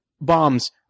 bombs